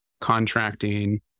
contracting